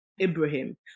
Ibrahim